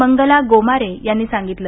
मंगला गोमारे यांनी सांगितलं